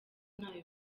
ntayo